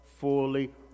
fully